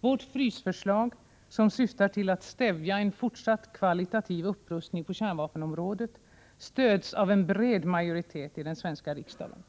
Vårt frysförslag, som syftar till att stävja en fortsatt kvalitativ upprustning på kärnvapenområdet, stöds av en bred majoritet i den svenska riksdagen.